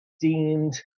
deemed